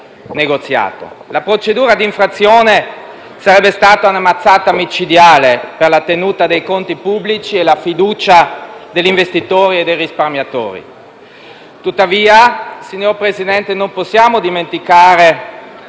La procedura d'infrazione sarebbe stata una mazzata micidiale per la tenuta dei conti pubblici e la fiducia degli investitori e dei risparmiatori. Tuttavia, non possiamo dimenticare